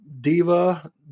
diva